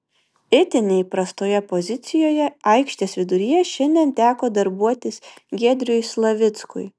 itin neįprastoje pozicijoje aikštės viduryje šiandien teko darbuotis giedriui slavickui